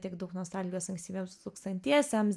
tiek daug nostalgijos ankstyviems dutūkstantiesiems